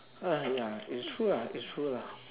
ah ya it's true ah it's true lah